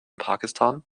pakistan